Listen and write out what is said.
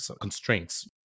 constraints